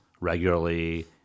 regularly